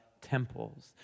temples